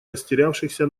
растерявшихся